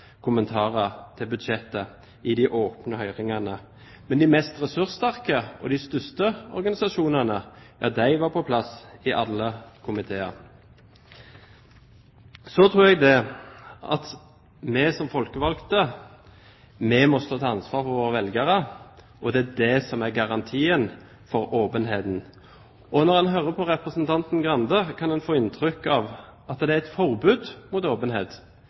kommentarer til budsjettet i de åpne høringene. Men de mest ressurssterke og de største organisasjonene var på plass i alle komiteer. Så tror jeg at vi som folkevalgte må stå til ansvar overfor våre velgere, og det er dét som er garantien for åpenheten. Når en hører på representanten Skei Grande, kan en få inntrykk av at det er et forbud mot åpenhet.